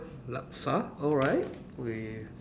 laksa alright with